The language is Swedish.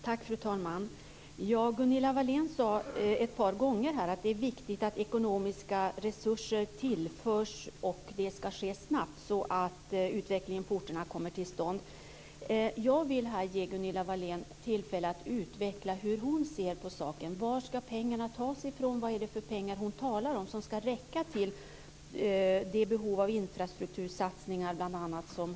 Fru talman! Gunilla Wahlén sade ett par gånger här att det är viktigt att ekonomiska resurser tillförs och att det sker snabbt så att en utveckling på orterna kan komma till stånd. Jag vill här ge Gunilla Wahlén tillfälle att utveckla hur hon ser på saken. Varifrån ska pengarna tas och vad är det för pengar som Gunilla Wahlén talar om som ska räcka bl.a. för det behov av infrastruktursatsningar som nämndes?